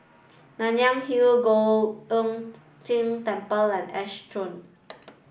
Nanyang Hill Giok Hong Tian Temple and Ash Grove